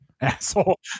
Asshole